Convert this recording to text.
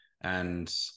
and-